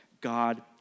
God